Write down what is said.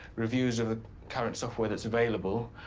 reviews of the current software that's available.